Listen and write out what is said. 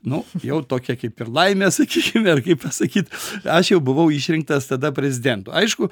nu jau tokia kaip ir laimė sakykim ir kaip pasakyt aš jau buvau išrinktas tada prezidentu aišku